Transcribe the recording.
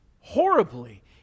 horribly